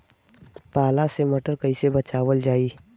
पाला से मटर कईसे बचावल जाई?